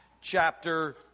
chapter